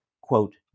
quote